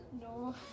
no